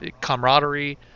camaraderie